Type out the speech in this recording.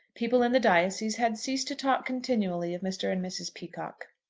people in the diocese had ceased to talk continually of mr. and mrs. peacocke.